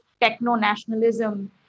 techno-nationalism